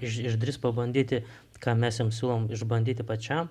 iš išdrįs pabandyti ką mes jam siūlom išbandyti pačiam